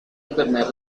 enfermedades